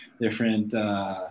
different